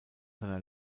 seiner